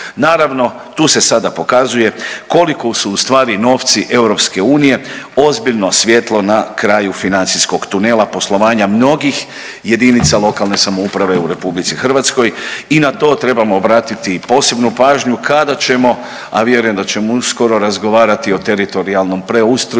Naravno tu se sada pokazuje koliko su u stvari novci EU ozbiljno svjetlo na kraju financijskog tunela poslovanja mnogih jedinica lokalne samouprave u RH i na to trebamo obratiti posebnu pažnju kada ćemo, a vjerujem da ćemo uskoro razgovarati o teritorijalnom preustroju